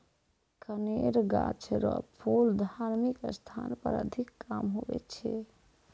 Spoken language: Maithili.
कनेर गाछ रो फूल धार्मिक स्थान पर अधिक काम हुवै छै